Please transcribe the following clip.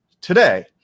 today